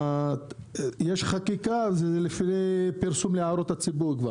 יש חקיקה וזה לפני פרסום להערות הציבור.